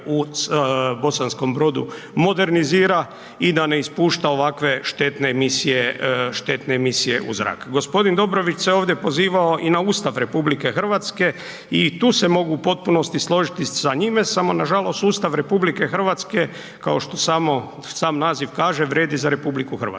u Bosanskom Brodu modernizira i da ne ispušta ovakve štetne emisije, štetne emisije u zrak. g. Dobrović se ovdje pozivao i na Ustav RH i tu se mogu u potpunosti složiti sa njime, samo nažalost sustav RH, kao što sam naziv kaže vrijedi za RH, ne